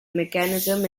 mechanisms